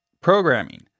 programming